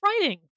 writing